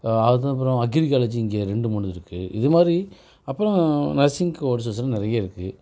அதுக்கப்புறோம் agri college இங்கே ரெண்டு மூணு இருக்குது இதுமாதிரி அப்புறோம் நர்ஸிங் கோர்ஸ்ஸெஸ்லாம் நிறையருக்கு